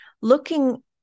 looking